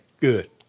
Good